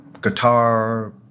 guitar